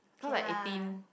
okay lah